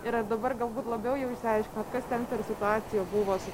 ir ar dabar galbūt labiau jau išsiaiškinot kas ten per situacija buvo su